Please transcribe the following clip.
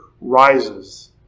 rises